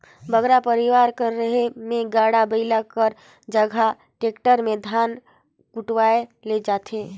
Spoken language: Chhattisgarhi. बगरा परिवार कर रहें में गाड़ा बइला कर जगहा टेक्टर में धान कुटवाए ले जाथें